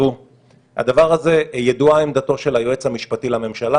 הדבר הזה ידועה עמדתו של היועץ המשפטי לממשלה